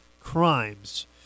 crimes